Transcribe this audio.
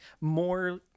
More